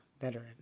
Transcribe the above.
veteran